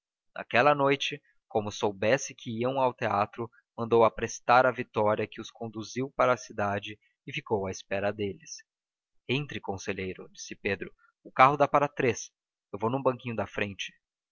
naquela noite como soubesse que iam ao teatro mandou aprestar a vitória que os conduziu para a cidade e ficou à espera deles entre conselheiro disse pedro o carro dá para três eu vou no banquinho da frente